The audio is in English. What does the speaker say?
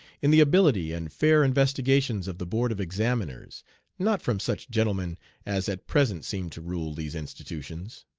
in the ability and fair investigations of the board of examiners not from such gentlemen as at present seem to rule these institutions.